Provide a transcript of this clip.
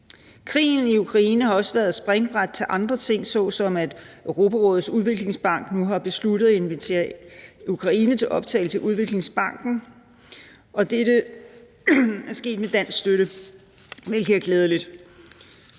Krigen i Ukraine har også været springbræt til andre ting, såsom at Europarådets Udviklingsbank nu har besluttet at invitere Ukraine til optagelse i udviklingsbanken, og det er sket med dansk støtte, hvilket er glædeligt.